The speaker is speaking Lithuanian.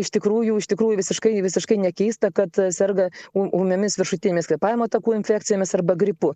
iš tikrųjų iš tikrųjų visiškai visiškai nekeista kad serga ūmiomis viršutinės kvėpavimo takų infekcijomis arba gripu